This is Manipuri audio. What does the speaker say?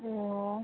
ꯑꯣ